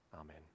Amen